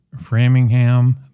Framingham